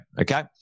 okay